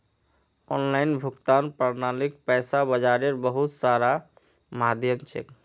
online भुगतान प्रणालीक पैसा बाजारेर बहुत सारा माध्यम छेक